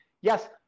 yes